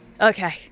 Okay